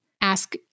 Ask